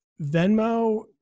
Venmo